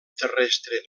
terrestre